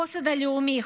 החוסן הלאומי,